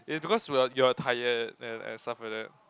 it's because we're you're tired and and stuff like that